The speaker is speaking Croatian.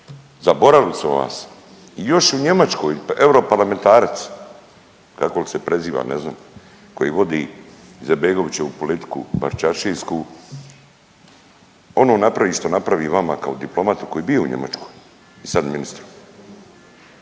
zaboravili smo vas. Još u Njemačkoj europarlamentarac kao li se preziva, ne znam koji vodi Izetbegovićevu politiku baščaršijsku ono napravi što napravi vama kao diplomatu koji je bio u Njemačkoj i sad je ministar.